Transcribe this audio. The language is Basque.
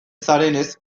zarenez